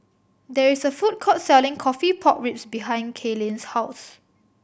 there is a food court selling coffee pork ribs behind Kaylin's house